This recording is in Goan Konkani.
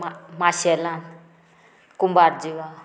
मा माशेलांत कुंभारजुवा